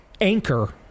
anchor